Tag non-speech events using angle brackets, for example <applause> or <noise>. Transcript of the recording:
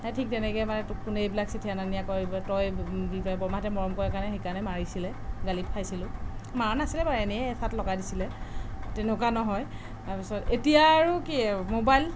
ঠিক তেনেকৈ মানে তোক কোনে এইবিলাক চিঠি অনা নিয়া কৰিব তই <unintelligible> বৰমাহঁতে মৰম কৰে কাৰণে সেইকাৰণে মাৰিছিলে গালি খাইছিলোঁ মৰা নাছিলে বাৰু এনেই এচাট লগাই দিছিলে তেনেকুৱা নহয় তাৰপাছত এতিয়া আৰু কি ম'বাইল